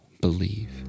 believe